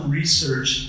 research